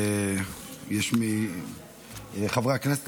חברי הכנסת,